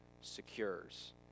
secures